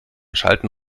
schalten